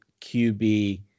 QB